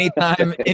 anytime